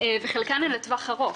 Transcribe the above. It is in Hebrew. וחלקן הן לטווח ארוך.